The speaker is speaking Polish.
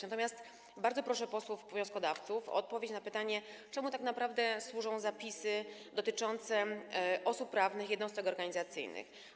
Natomiast bardzo proszę posłów wnioskodawców o odpowiedź na pytanie, czemu tak naprawdę służą zapisy dotyczące osób prawnych, jednostek organizacyjnych.